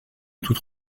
toute